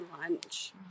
lunch